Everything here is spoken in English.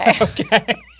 okay